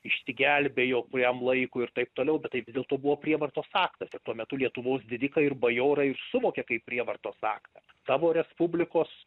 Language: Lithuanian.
išsigelbėjo kuriam laikui ir taip toliau bet tai vis dėlto buvo prievartos aktas ir tuo metu lietuvos didikai ir bajorai suvokė kaip prievartos aktą savo respublikos